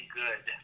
good